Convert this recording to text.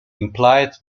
implied